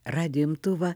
radijo imtuvą